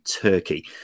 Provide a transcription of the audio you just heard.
Turkey